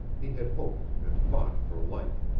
he had hoped and fought for life.